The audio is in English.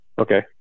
Okay